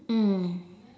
mm